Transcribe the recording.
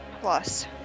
plus